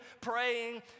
praying